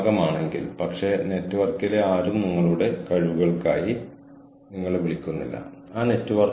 കൂടാതെ ഈ കോഴ്സിൽ ഞാൻ ചെയ്യുന്നതെന്തും ചെയ്യാൻ അത് എന്നെ സഹായിച്ചു